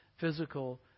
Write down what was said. physical